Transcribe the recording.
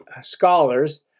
scholars